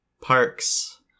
parks